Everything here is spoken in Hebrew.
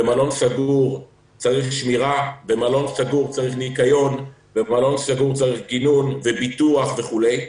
מלון סגור צריך תחזוקה וצריך שמירה וצריך גם גינון וביטוח וכולי.